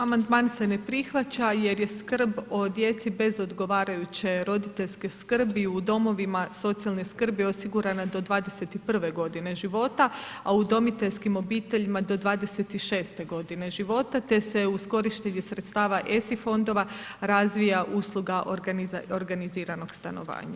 Amandman se ne prihvaća jer je skrb o djeci bez odgovarajuće roditeljske skrbi u domovima socijalne skrbi osigurana do 21 godine života, a udomiteljskim obiteljima do 26 godine života te se uz korištenje sredstava ESI fondova razvija usluga organiziranog stanovanja.